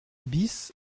bis